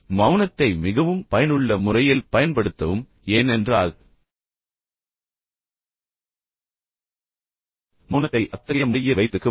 மௌனத்தை மிகவும் பயனுள்ள முறையில் பயன்படுத்தவும் ஏனென்றால் மௌனத்தை அத்தகைய முறையில் வைத்திருக்க முடியும்